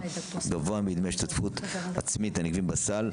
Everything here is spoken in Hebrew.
גבוה מדמי ההשתתפות העצמית הנגבית בסל.